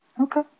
okay